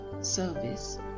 service